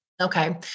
Okay